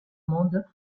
monde